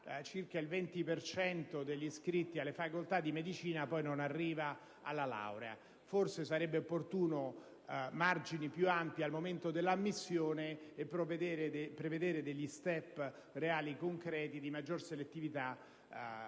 circa il 20 per cento degli iscritti alle facoltà di medicina non arriva alla laurea. Allora, forse sarebbero opportuni margini più ampi al momento dell'ammissione, prevedendo degli *step* reali e concreti di maggior selettività